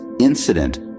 incident